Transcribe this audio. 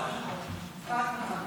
ערב טוב,